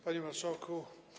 Panie Marszałku!